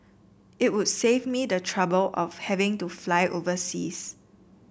it would save me the trouble of having to fly overseas